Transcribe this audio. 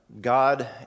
God